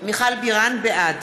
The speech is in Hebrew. בעד